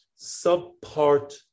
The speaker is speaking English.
subpart